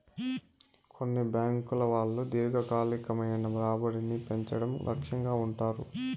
కొన్ని బ్యాంకుల వాళ్ళు దీర్ఘకాలికమైన రాబడిని పెంచడం లక్ష్యంగా ఉంటారు